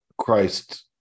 christ